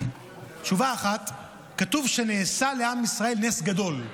תשובה אחת, כתוב שנעשה לעם ישראל נס גדול.